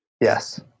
Yes